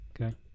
Okay